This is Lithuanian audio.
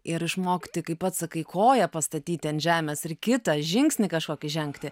ir išmokti kaip pats sakai koją pastatyti ant žemės ir kitą žingsnį kažkokį žengti